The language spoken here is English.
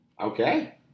Okay